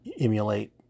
emulate